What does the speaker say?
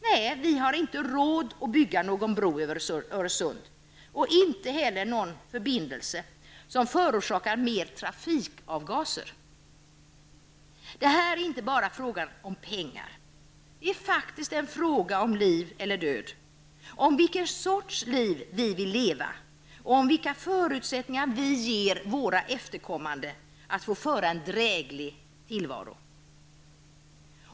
Nej, vi har inte råd att bygga någon bro över Öresund och inte heller någon förbindelse som förorsakar mer trafikavgaser. Detta är inte bara en fråga om pengar. Det är faktiskt en fråga om liv eller död, om vilken sorts liv vi vill leva och om vilka förutsättningar vi ger våra efterkommande att få föra en dräglig tillvaro.